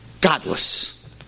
Godless